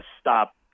stop